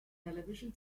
television